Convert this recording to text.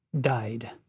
died